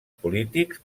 polítics